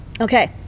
Okay